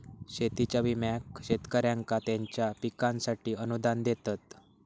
शेतीच्या विम्याक शेतकऱ्यांका त्यांच्या पिकांसाठी अनुदान देतत